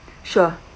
sure